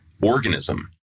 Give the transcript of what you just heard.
organism